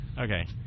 Okay